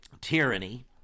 tyranny